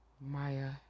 Maya